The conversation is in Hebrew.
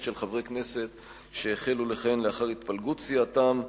של חברי כנסת שהחלו לכהן לאחר התפלגות סיעתם.